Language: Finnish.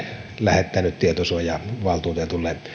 lähettänyt tietosuojavaltuutetulle